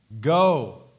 Go